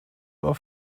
war